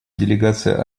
делегация